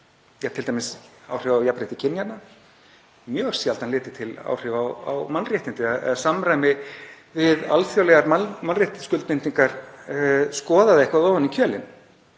til t.d. áhrifa á jafnrétti kynjanna, mjög sjaldan litið til áhrifa á mannréttindi eða samræmi við alþjóðlegar mannréttindaskuldbindingar skoðað eitthvað ofan í kjölinn.